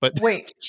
Wait